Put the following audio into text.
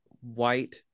white